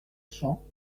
champs